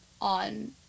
on